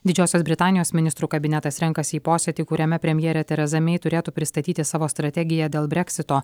didžiosios britanijos ministrų kabinetas renkasi į posėdį kuriame premjerė tereza mei turėtų pristatyti savo strategiją dėl breksito